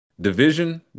division